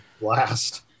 Blast